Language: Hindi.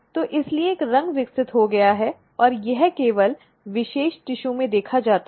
तो इसलिए एक रंग विकसित हो गया है और यह केवल विशेष ऊतक में देखा जाता है